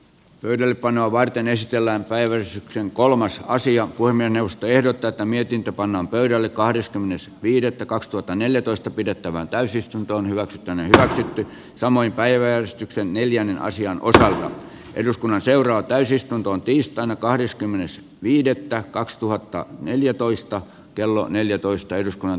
pöydällepanoa varten esitellään päivä sitten kolmas asia kuin miinus tehdä tätä mietintö pannaan pöydälle kahdeskymmenes viidettä kaksituhattaneljätoista pidettävään täysistuntoon hyvä tänne ja samoin päiväystyksen neljännen sijan osaa eduskunnan seuraa täysistuntoon tiistaina kahdeskymmenes viidettä kaksituhatta neljätoista kello neljätoista eduskunnan